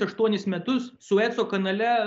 aštuonis metus sueco kanale